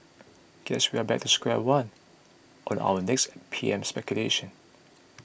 guess we are back to square one on our next P M speculation